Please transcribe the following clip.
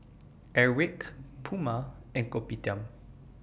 Airwick Puma and Kopitiam